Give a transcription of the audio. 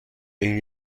این